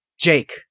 Jake